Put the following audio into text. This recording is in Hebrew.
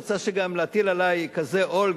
את רוצה גם להטיל עלי כזה עול,